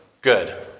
good